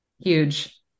Huge